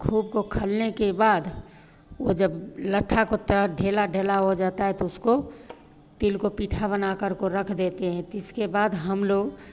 खूब को खलने के बाद ह जब लट्ठा की तरह जब ढेला ढेला हो जाता है तो उसको तिल को पिट्ठा बना करको रख देते हैं तिसके बाद हमलोग